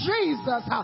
Jesus